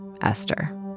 Esther